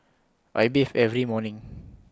I bathe every morning